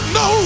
no